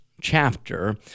chapter